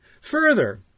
Further